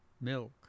milk